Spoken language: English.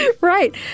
Right